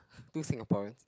two Singaporeans